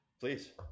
please